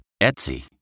Etsy